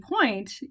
point